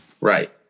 Right